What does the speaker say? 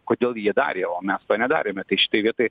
kodėl jie darė o mes to nedarėme tai šitoj vietoj